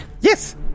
Yes